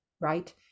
right